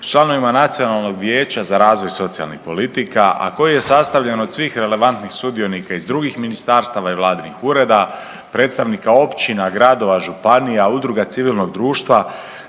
članovima Nacionalnog vijeća za razvoj socijalnih politika, a koji je sastavljen od svih relevantnih sudionika iz drugih ministarstava i vladinih ureda, predstavnika općina, gradova, županija, udruga civilnog društva,